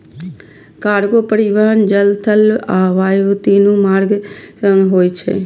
cargo परिवहन जल, थल आ वायु, तीनू मार्ग सं होय छै